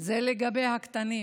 זה, לגבי הקטנים.